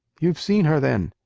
you've seen her then?